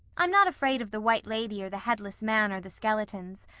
i'm not afraid of the white lady or the headless man or the skeletons,